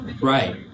Right